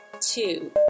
two